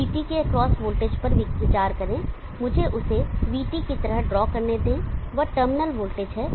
CT के across voltage पर विचार करें मुझे उसे VT की तरह ड्रॉ करने दें वह टर्मिनल वोल्टेज है